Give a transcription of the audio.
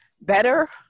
better